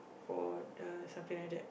for the something like that